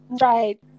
right